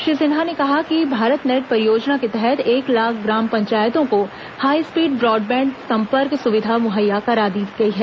श्री सिन्हा ने कहा कि भारत नेट परियोजना के तहत एक लाख ग्राम पंचायतों को हाईस्पीड ब्रॉडबैण्ड सम्पर्क सुविधा मुहैया करा दी गई है